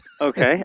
Okay